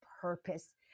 purpose